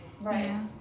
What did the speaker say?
Right